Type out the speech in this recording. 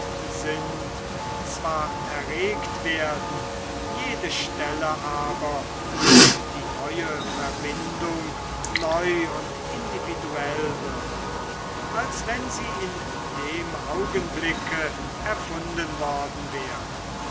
sind zwar erregt werden jede stelle aber durch die neue verbindung neu und individuell wird als wenn sie in dem augenblicke erfunden worden wäre